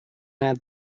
add